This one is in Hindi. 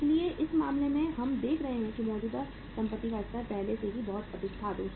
इसलिए इस मामले में हम देख रहे हैं कि मौजूदा संपत्ति का स्तर पहले से ही बहुत अधिक था 280